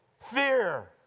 Fear